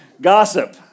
Gossip